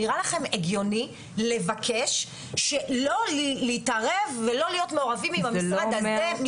זה נראה לכם הגיוני לבקש לא להתערב ולא להיות מעורבים עם המשרד הזה,